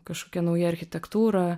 kažkokia nauja architektūra